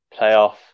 playoff